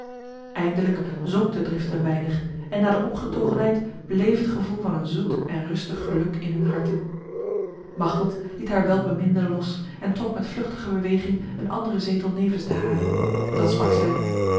zonk de drift een weinig en na de opgetogenheid bleef het gevoel van een zoet en rustig geluk in hun harten machteld liet haar welbeminde los en trok met vluchtige beweging een andere zetel nevens de hare dan sprak zij